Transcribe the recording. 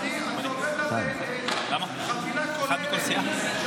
אדוני היושב-ראש, אני עובד על חבילה כוללת של,